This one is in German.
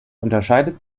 unterscheidet